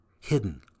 hidden